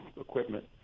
equipment